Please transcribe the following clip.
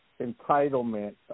entitlement